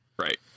Right